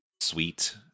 sweet